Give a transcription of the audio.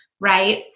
right